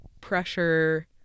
pressure